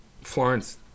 Florence